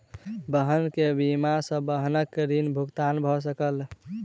वाहन के बीमा सॅ वाहनक ऋण भुगतान भ सकल